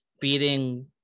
beating